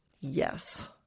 Yes